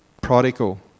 prodigal